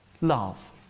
Love